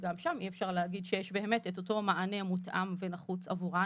וגם שם אי אפשר להגיד שיש באמת את אותו מענה מותאם ונחוץ עבורן.